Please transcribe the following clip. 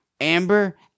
Amber